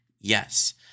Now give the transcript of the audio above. Yes